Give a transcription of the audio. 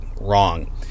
wrong